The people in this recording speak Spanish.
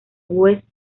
west